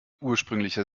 ursprünglicher